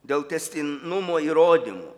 dėl tęstinumo įrodymų